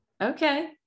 Okay